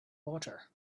water